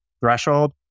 threshold